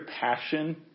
passion